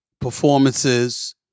performances